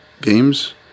games